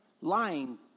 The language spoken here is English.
lying